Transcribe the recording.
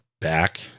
back